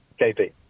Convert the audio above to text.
KP